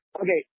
okay